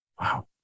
Wow